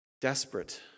Desperate